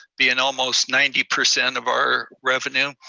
being almost ninety percent of our revenue.